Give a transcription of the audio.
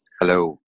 Hello